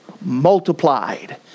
multiplied